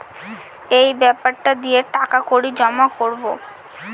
এই বেপারটা দিয়ে টাকা কড়ি জমা করাবো